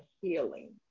healing